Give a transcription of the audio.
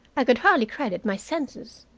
i could hardly credit my senses.